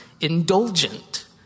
indulgent